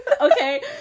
Okay